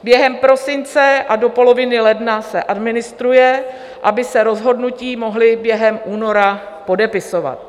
Během prosince a do poloviny ledna se administruje, aby se rozhodnutí mohla během února podepisovat.